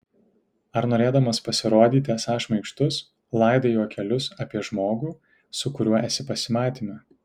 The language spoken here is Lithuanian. ar norėdamas pasirodyti esąs šmaikštus laidai juokelius apie žmogų su kuriuo esi pasimatyme